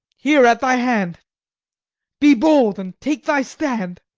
here, at thy hand be bold, and take thy stand.